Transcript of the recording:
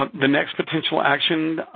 the next potential action